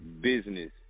business